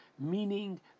meaning